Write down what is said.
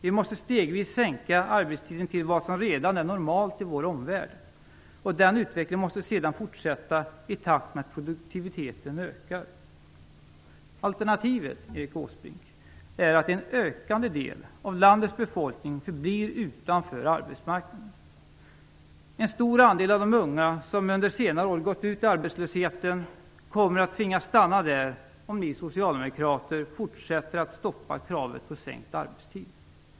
Vi måste stegvis sänka arbetstiden till vad som redan är normalt i vår omvärld, och den utvecklingen måste sedan fortsätta i takt med att produktiviteten ökar. Alternativet, Erik Åsbrink, är att en ökande del av landets befolkning förblir utanför arbetsmarknaden. En stor andel av de unga människor som under senare år gått ut i arbetslöshet kommer att tvingas stanna där om ni socialdemokrater fortsätter att stoppa kravet på sänkt arbetstid.